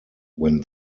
when